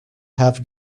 have